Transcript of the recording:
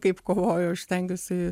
kaip kovoju aš stengiuosi